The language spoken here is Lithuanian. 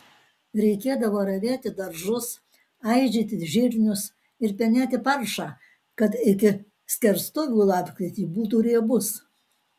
reikėdavo ravėti daržus aižyti žirnius ir penėti paršą kad iki skerstuvių lapkritį būtų riebus